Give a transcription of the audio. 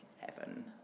Heaven